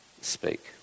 Speak